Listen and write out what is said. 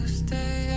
stay